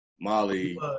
Molly